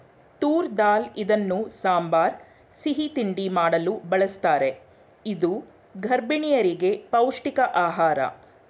ತೂರ್ ದಾಲ್ ಇದನ್ನು ಸಾಂಬಾರ್, ಸಿಹಿ ತಿಂಡಿ ಮಾಡಲು ಬಳ್ಸತ್ತರೆ ಇದು ಗರ್ಭಿಣಿಯರಿಗೆ ಪೌಷ್ಟಿಕ ಆಹಾರ